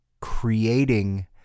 creating